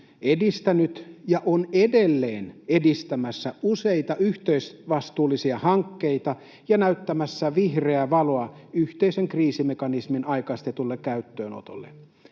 edistänyt ja on edelleen edistämässä useita yhteisvastuullisia hankkeita ja näyttämässä vihreää valoa yhteisen kriisimekanismin aikaistetulle käyttöönotolle.